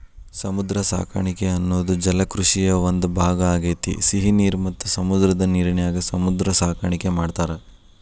ಸಮುದ್ರ ಸಾಕಾಣಿಕೆ ಅನ್ನೋದು ಜಲಕೃಷಿಯ ಒಂದ್ ಭಾಗ ಆಗೇತಿ, ಸಿಹಿ ನೇರ ಮತ್ತ ಸಮುದ್ರದ ನೇರಿನ್ಯಾಗು ಸಮುದ್ರ ಸಾಕಾಣಿಕೆ ಮಾಡ್ತಾರ